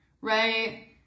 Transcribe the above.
right